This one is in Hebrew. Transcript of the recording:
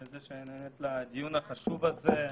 תודה על שנענית לקיים את הדיון החשוב הזה.